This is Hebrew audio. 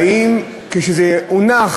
והאם כשזה הונח